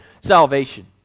salvation